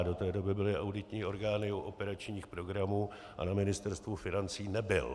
Do té doby byly auditní orgány u operačních programů a na Ministerstvu financí nebyl.